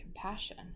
compassion